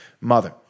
mother